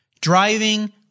driving